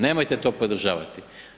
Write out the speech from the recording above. Nemojte to podržavati.